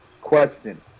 Question